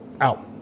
out